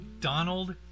Donald